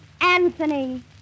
Anthony